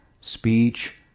speech